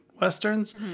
Westerns